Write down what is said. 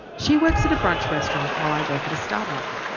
she works at a brunch restaurant while i work at a startup.